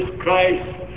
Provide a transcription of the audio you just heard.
Christ